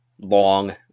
long